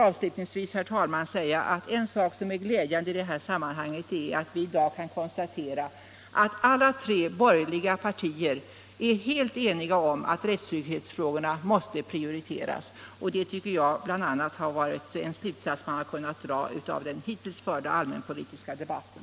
En sak som är glädjande i detta sammanhang är att vi i dag kan konstatera att alla de tre borgerliga partierna är helt eniga om att rättstrygghetsfrågorna måste prioriteras — den slutsatsen har man kunnat dra av den hittills förda allmänpolitiska debatten.